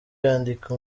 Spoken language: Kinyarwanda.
andika